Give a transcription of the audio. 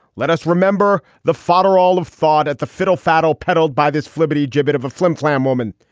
let us remember the fodder. all of thought at the fiddle faddle peddled by this flibbertigibbet of a flim flam woman.